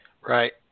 right